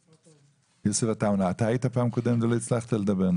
יוסף עטאונה, היית פעם קודמת ולא הצלחת לדבר,